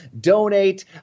donate